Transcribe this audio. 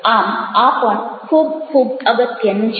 આમ આ પણ ખૂબ ખૂબ અગત્યનું છે